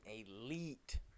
elite